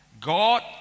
God